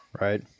right